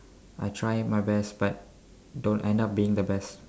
I try my best but don't end up being the best